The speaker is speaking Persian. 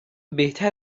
بهتر